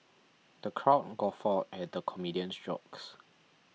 the crowd guffawed at the comedian's jokes